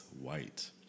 White